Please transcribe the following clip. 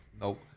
Nope